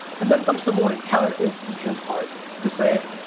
and then comes the more intelligent intelligent part to say,